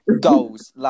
Goals